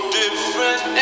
different